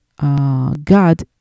God